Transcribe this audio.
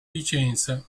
vicenza